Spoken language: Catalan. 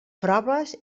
proves